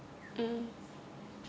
mm